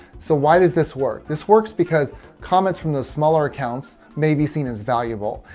so why does this work? this works because comments from those smaller accounts may be seen as valuable.